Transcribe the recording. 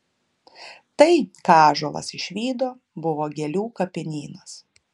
tai ką ąžuolas išvydo buvo gėlių kapinynas